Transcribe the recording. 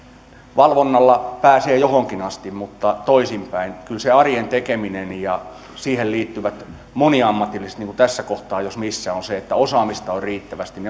valvonnalla pääsee johonkin asti mutta toisinpäin kyllä se arjen tekeminen ja siihen liittyvien moniammatillisten työryhmien tässä kohtaa jos missä on tärkeää se että osaamista on riittävästi